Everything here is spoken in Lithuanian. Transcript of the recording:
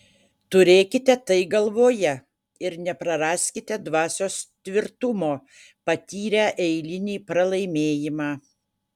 turėkite tai galvoje ir nepraraskite dvasios tvirtumo patyrę eilinį pralaimėjimą